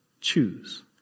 Choose